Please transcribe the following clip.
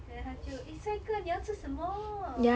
then 他就 eh 帅哥你要吃什么